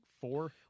four